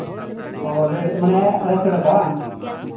ᱚ ᱢᱟᱱᱮ ᱟᱲᱟᱭᱥᱚ ᱴᱟᱠᱟ ᱵᱟᱝ